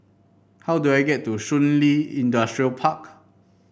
how do I get to Shun Li Industrial Park